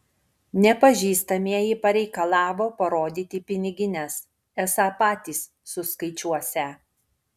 nepažįstamieji pareikalavo parodyti pinigines esą patys suskaičiuosią